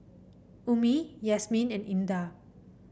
Ummi Yasmin and Indah